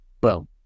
boom